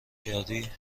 کردی